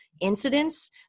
incidents